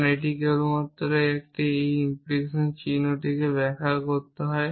কারণ এটি কেবলমাত্র এই ইমপ্লিকেশন চিহ্নটিকে কীভাবে ব্যাখ্যা করতে হয়